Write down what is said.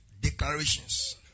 declarations